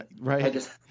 Right